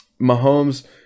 mahomes